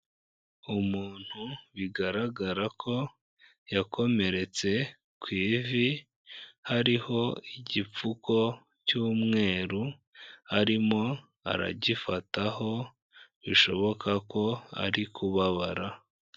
Umuntu bigaragara ko yakomeretse ku ivi, hariho igipfuko cy'umweru, arimo aragifataho, bishoboka ko ari kubabara.